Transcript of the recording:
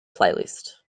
playlist